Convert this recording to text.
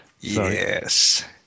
Yes